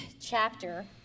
chapter